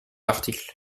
article